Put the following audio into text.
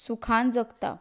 सुखान जगता